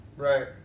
Right